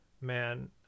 man